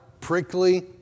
prickly